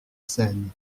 seine